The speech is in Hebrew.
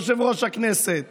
ויושב-ראש הכנסת